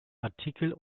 artikel